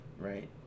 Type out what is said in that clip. Right